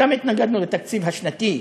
התנגדנו גם לתקציב השנתי,